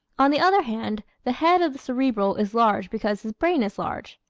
on the other hand, the head of the cerebral is large because his brain is large.